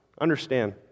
Understand